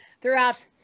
throughout